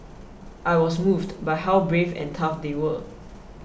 I was moved by how brave and tough they were